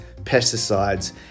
pesticides